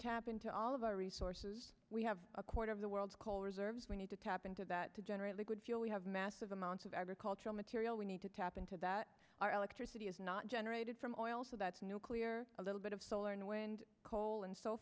tap into all of our resources we have a quarter of the world's call reserves we need to tap into that to generate liquid fuel we have massive amounts of agricultural material we need to tap into that our electricity is not generated from oil so that's nuclear a little bit of solar and wind coal and so